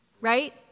Right